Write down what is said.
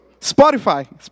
Spotify